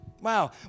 Wow